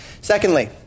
Secondly